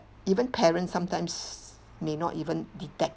even parents sometimes may not even detect